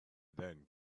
then